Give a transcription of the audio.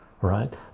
right